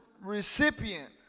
recipient